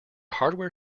hardware